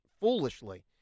foolishly